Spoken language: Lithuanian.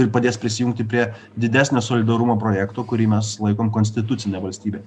ir padės prisijungti prie didesnio solidarumo projekto kurį mes laikom konstitucine valstybe